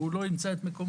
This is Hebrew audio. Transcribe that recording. הוא לא ימצא את מקומו.